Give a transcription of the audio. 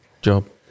job